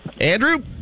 Andrew